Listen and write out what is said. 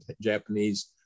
Japanese